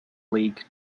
league